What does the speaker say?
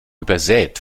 übersät